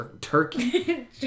turkey